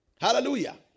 hallelujah